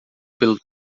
pelo